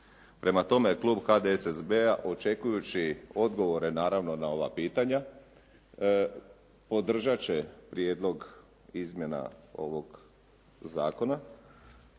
Prema tome, klub HDSSB-a očekujući odgovore naravno na ova pitanja podržat će prijedlog izmjena ovog zakona